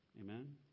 Amen